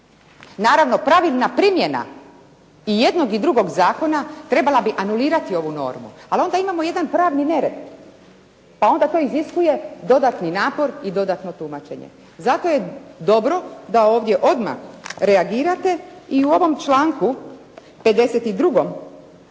Naravno pravilna primjena i jednog i drugog zakona trebala bi anulirati ovu normu, ali onda imamo jedan pravni nered, pa onda to iziskuje dodatni napor i dodatno tumačenje. Zato je dobro da ovdje odmah reagirate i u ovom članku 52.